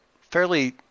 fairly